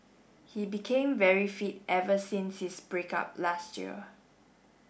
he became very fit ever since his break up last year